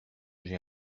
j’ai